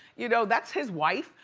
you know, that's his wife,